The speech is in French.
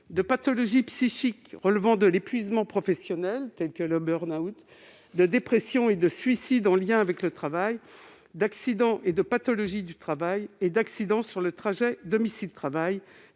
de pathologie psychique relevant de l'épuisement professionnel, tels que le burn-out, de dépression et de suicide en lien avec le travail, d'accident et de pathologie du travail, ainsi que d'accident sur le trajet domicile-travail.